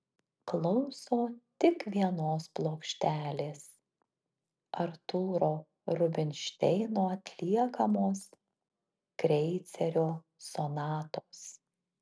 klauso tik vienos plokštelės artūro rubinšteino atliekamos kreicerio sonatos